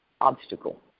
obstacle